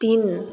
तिन